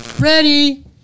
Ready